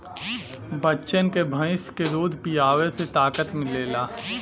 बच्चन के भैंस के दूध पीआवे से ताकत मिलेला